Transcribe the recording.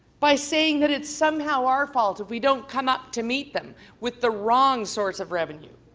buy saying that it's somehow our fault if we don't come up to meet them with the wrong sort of revenue.